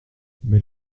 mais